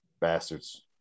bastards